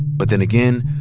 but then again,